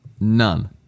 None